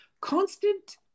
constant